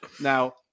Now